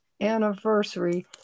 anniversary